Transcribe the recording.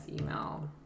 email